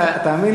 אתה יודע,